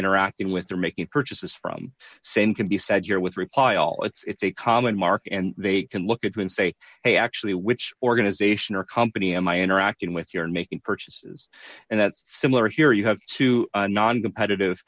interacting with or making purchases from same can be said here with reply all it's a common market and they can look at you and say hey actually which organization or company am i interacting with you're making purchases and that's similar here you have to noncompetitive